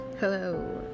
Hello